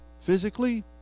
physically